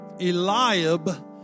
Eliab